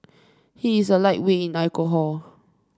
he is a lightweight in alcohol